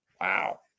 Wow